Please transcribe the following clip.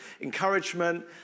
encouragement